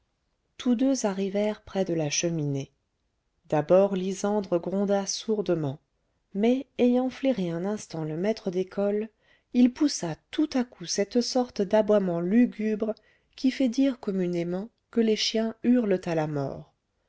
tous deux arrivèrent près de la cheminée d'abord lysandre gronda sourdement mais ayant flairé un instant le maître d'école il poussa tout à coup cette sorte d'aboiement lugubre qui fait dire communément que les chiens hurlent à la mort